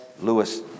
Lewis